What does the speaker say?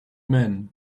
men